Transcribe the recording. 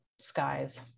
skies